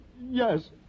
Yes